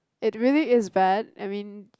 it really is bad I mean